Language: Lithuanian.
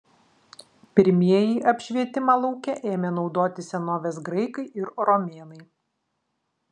pirmieji apšvietimą lauke ėmė naudoti senovės graikai ir romėnai